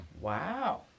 Wow